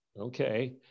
Okay